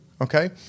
Okay